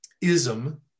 ism